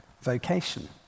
vocation